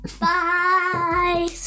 Bye